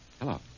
Hello